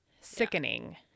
Sickening